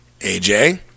AJ